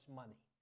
money